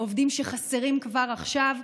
עובדים שחסרים כבר עכשיו.